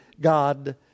God